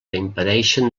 impedeixen